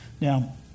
Now